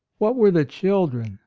what were the children,